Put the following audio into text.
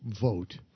vote